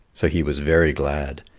so he was very glad,